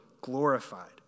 glorified